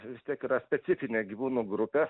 vis tiek yra specifinė gyvūnų grupė